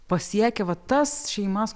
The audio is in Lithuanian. pasiekia vat tas šeimas